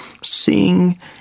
Sing